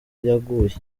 yaguye